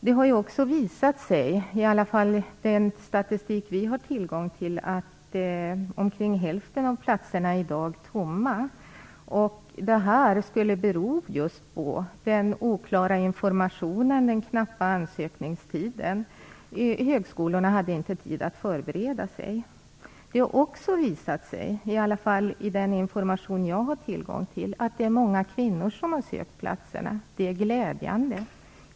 Det har också visat sig, i alla fall enligt den statistik vi har tillgång till, att omkring hälften av platserna i dag är tomma. Det skulle bero just på den oklara informationen och den knappa ansökningstiden. Högskolorna hade inte tid att förbereda sig. Det har också visat sig - i alla fall enligt den information jag har tillgång till - att det är många kvinnor som har sökt platserna. Det är glädjande.